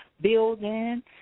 building